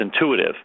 intuitive